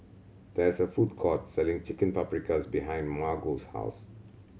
there is a food court selling Chicken Paprikas behind Margo's house